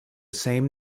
same